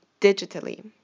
digitally